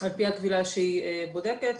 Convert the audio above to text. על פי הקבילה שהיא בודקת.